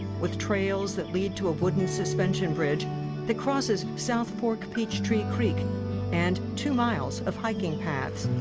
with trails that lead to a wooden suspension bridge that crosses southport peachtree creek and two miles of hiking paths.